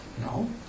No